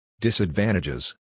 Disadvantages